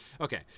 Okay